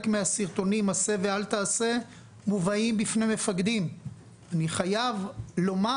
מהסרטונים "עשה ואל תעשה" מובאים בפני מפקדים; אני חייב לומר